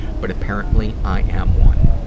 but apparently, i am one.